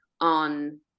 on